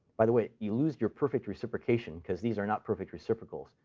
by the way, you lose your perfect reciprocation because these are not perfect reciprocals.